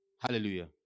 Hallelujah